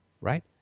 right